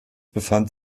befand